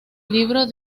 libro